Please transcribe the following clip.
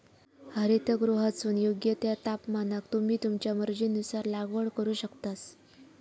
हरितगृहातसून योग्य त्या तापमानाक तुम्ही तुमच्या मर्जीनुसार लागवड करू शकतास